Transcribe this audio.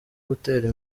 gutera